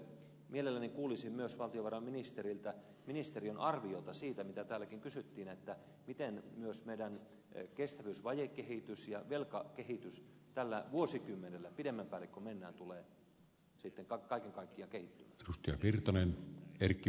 mielelläni kuulisin myös valtiovarainministeriltä ministeriön arviota siitä mitä täälläkin kysyttiin miten myös meidän kestävyysvajekehitys ja velkakehitys tällä vuosikymmenellä pidemmän päälle kun mennään tulee sitten kaiken kaikkiaan kehittymään